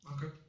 Okay